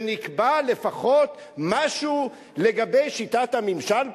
ונקבע לפחות משהו לגבי שיטת הממשל פה?